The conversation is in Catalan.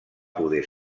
poder